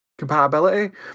Compatibility